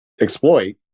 exploit